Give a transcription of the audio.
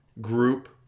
group